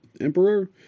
emperor